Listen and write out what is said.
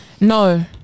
no